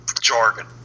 jargon